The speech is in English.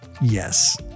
yes